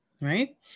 right